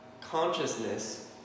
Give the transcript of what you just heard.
consciousness